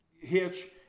hitch